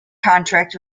contract